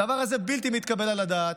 הדבר הזה בלתי מתקבל על הדעת,